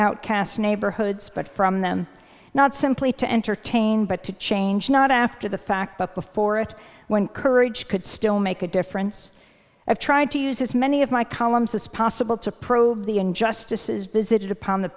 outcast neighborhoods but from them not simply to entertain but to change not after the fact but before it when courage could still make a difference i've tried to use as many of my columns as possible to probe the injustices visited upon the